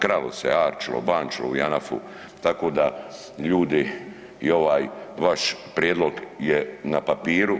Kralo se, arčilo, bančilo u Janafu tako da ljudi i ovaj vaš prijedlog je na papiru.